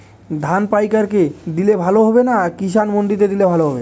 ধান পাইকার কে দিলে ভালো হবে না কিষান মন্ডিতে দিলে ভালো হবে?